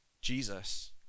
Jesus